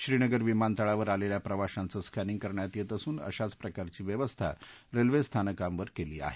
श्रीनगर विमानतळावर आलेल्या प्रवाशांच स्कॅनिंग करण्यात येत असून अशाच प्रकारची व्यवस्था रेल्वे स्थानकांवर केली आहे